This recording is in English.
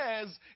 says